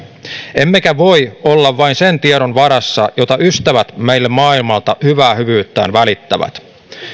emmekä voi olla vain sen tiedon varassa jota ystävät meille maailmalta hyvää hyvyyttään välittävät